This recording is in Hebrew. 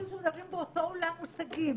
כאילו שמדברים באותו עולם מושגים.